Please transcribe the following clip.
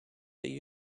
they